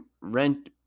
rent